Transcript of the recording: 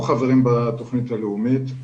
אנחנו חברים בתוכנית הלאומית.